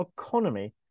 economy